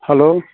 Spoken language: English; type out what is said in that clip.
hello